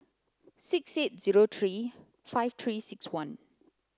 six eight zero three five three six one